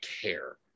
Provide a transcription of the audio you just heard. care